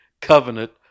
covenant